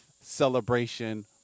celebration